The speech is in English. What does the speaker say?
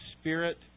spirit